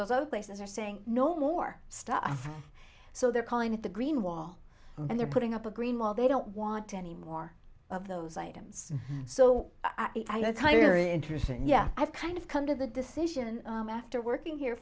those zero places are saying no more stuff so they're calling it the green wall and they're putting up a green wall they don't want any more of those items so let's hire interesting yeah i've kind of come to the decision after working here